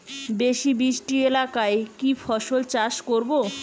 বেশি বৃষ্টি এলাকায় কি ফসল চাষ করব?